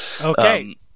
Okay